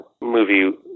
movie